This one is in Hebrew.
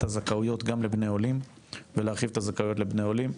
הזכאויות גם לבני העולים ולהרחיב את הזכאויות לבני עולים.